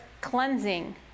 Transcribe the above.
cleansing